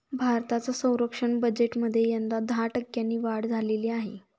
भारताच्या संरक्षण बजेटमध्ये यंदा दहा टक्क्यांनी वाढ झालेली आहे